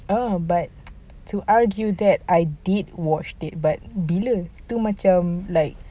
err but to argue that I did watch but itu bila itu macam like